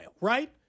right